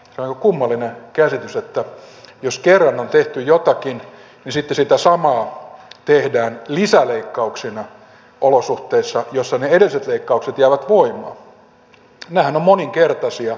se on aika kummallinen käsitys että jos kerran on tehty jotakin niin sitten sitä samaa tehdään lisäleikkauksina olosuhteissa joissa ne edelliset leikkaukset jäävät voimaan